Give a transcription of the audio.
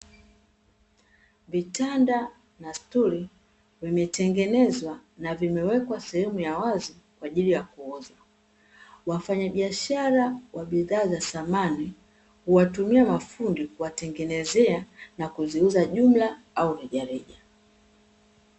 Vitanda na stuli vimetengenezwa na vimewekwa sehemu ya wazi kwa ajili ya kuuzwa, wafanyabiashara wa bidhaa za samani huwatumia mafundi kuwatengenezea na kuziuza jumla au rejareja.